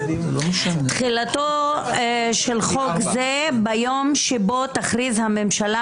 "תחילתו של חוק זה ביום שבו תכריז הממשלה